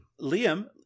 Liam